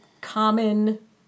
common